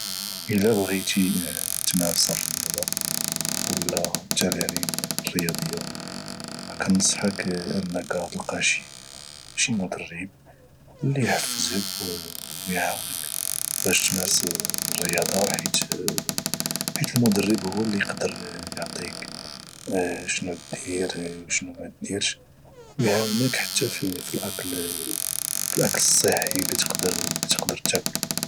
الى بغيتي تمارس الرياضة ولا التمارين الرياضية فكنصحك انك تلقى شي مدرب اللي يحفزك ويعاونك باش تمارس الرياضة حيت المدرب هو اللي يقدر يعطيك شو دير وشتو مديرش ويعاونك حتى في الاكل الصحي اللي تقدر تاكل